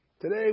Today